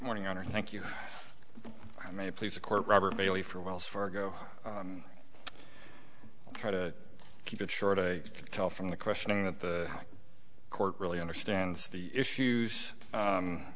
morning on or thank you i may please the court robert bailey for wells fargo try to keep it short i can tell from the questioning that the court really understands the issues